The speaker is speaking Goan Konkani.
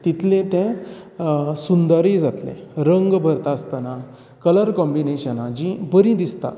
तिततले तें सुंदरय जातले रंग भरता आसतना कलर कोंबीनेशनां जी बरी दिसता